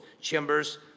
chambers